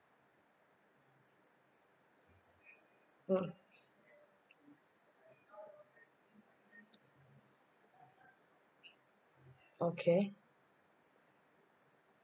mm okay